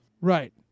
Right